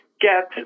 get